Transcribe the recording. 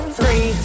Three